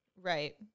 Right